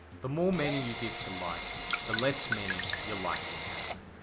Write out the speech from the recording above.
the more meaning you give to likes, the less meaning your life will have.